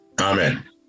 Amen